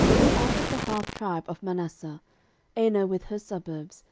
and out of the half tribe of manasseh aner with her suburbs,